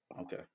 Okay